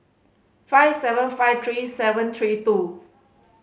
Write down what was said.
five seven five three seven three two